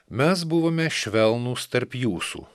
mes buvome švelnūs tarp jūsų